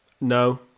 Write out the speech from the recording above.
No